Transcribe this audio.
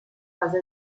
fase